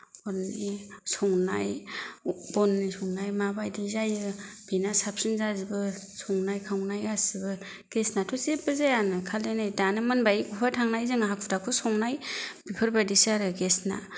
अरनि संनाय बननि संनाय माबायदि जायो बिना साबसिन जाजोबो संनाय खावनाय गासैबो गेसनाथ' जेब्बो जायानो खालि नै दानो मोनबाय बहाबा थांनाय जोंना हाखु दाखु संनाय बेफोरबायदिसो आरो गेसना